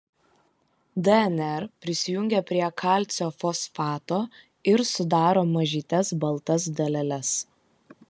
dnr prisijungia prie kalcio fosfato ir sudaro mažytes baltas daleles